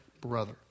brother